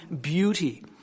beauty